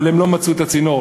אבל הם לא מצאו את הצינור,